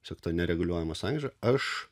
tiesiog ta nereguliuojama sankryža aš